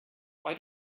why